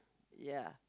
ya